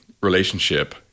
relationship